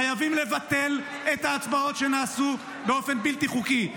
חייבים לבטל את ההצבעות שנעשו באופן בלתי חוקי.